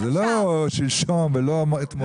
זה לא שלשום ולא אתמול.